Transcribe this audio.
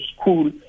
school